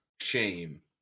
shame